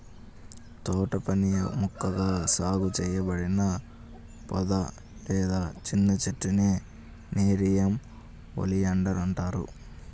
తోటపని మొక్కగా సాగు చేయబడిన పొద లేదా చిన్న చెట్టునే నెరియం ఒలియాండర్ అంటారు